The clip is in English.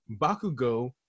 Bakugo